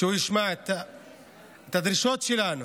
שהוא ישמע את הדרישות שלנו.